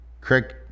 Craig